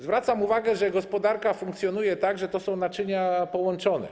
Zwracam uwagę, że gospodarka funkcjonuje tak, że to są naczynia połączone.